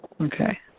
Okay